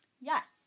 yes